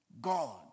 God